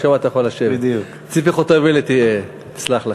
שם אתה יכול לשבת, ציפי חוטובלי תסלח לך.